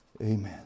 Amen